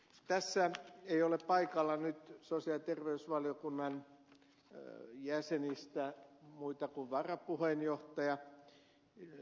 tässä ei ole paikalla nyt sosiaali ja terveysvaliokunnan jäsenistä muita kuin varapuheenjohtaja ed